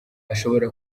ashobora